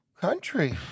country